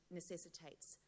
necessitates